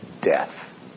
death